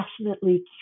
passionately